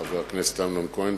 חבר הכנסת אמנון כהן,